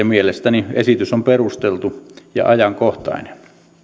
mielestäni esitys on perusteltu ja ajankohtainen